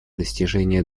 достижения